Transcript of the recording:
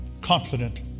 confident